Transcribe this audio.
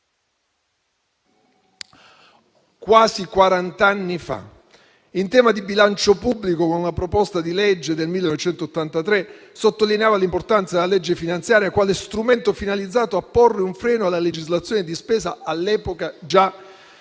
quarant'anni fa. In tema di bilancio pubblico, con una proposta di legge del 1983, sottolineava l'importanza della legge finanziaria quale strumento finalizzato a porre un freno alla legislazione di spesa, all'epoca già frantumata